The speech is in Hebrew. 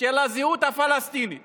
של הזהות הפלסטינית